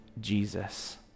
Jesus